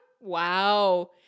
Wow